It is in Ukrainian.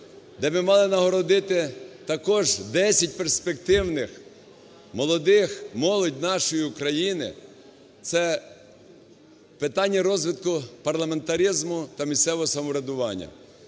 де ми мали нагородити також 10 перспективних молодих… молодь нашої України, це питання розвитку парламентаризму та місцевого самоврядування.